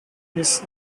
his